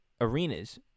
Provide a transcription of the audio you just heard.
arenas